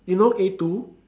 you know A two